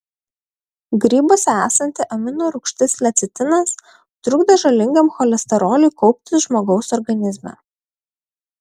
grybuose esanti amino rūgštis lecitinas trukdo žalingam cholesteroliui kauptis žmogaus organizme